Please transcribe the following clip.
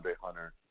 Hunter